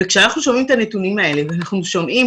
כשאנחנו שומעים את הנתונים האלה ושומעים